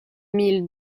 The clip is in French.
mille